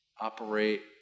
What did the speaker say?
operate